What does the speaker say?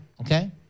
Okay